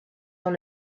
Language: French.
dans